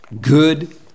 good